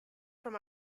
from